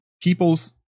people's